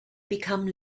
become